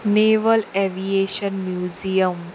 naval aviation museum